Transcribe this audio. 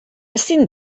ezin